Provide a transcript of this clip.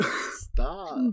stop